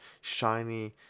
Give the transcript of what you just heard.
shiny